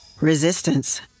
Resistance